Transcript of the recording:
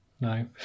no